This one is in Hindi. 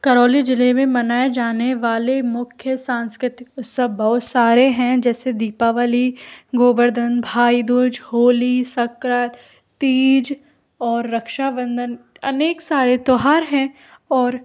करौली जिले में मनाए जाने वाले मुख्य सांस्कृतिक उत्सव बहुत सारे हैं जैसे दीपावली गोवर्धन भाईदूज होली सक्रर तीज और रक्षाबंधन अनेक सारे त्योहार हैं और